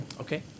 Okay